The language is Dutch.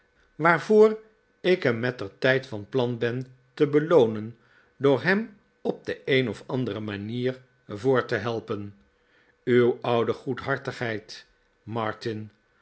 waarvoor ik hem mettertijd van plan ben te beloonen door hem op de een of andere manier voort te helpen uw oude goedhartigheid martini